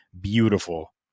Beautiful